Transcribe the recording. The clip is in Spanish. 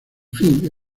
fin